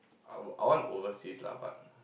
I I want overseas lah but